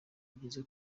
byiza